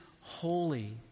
holy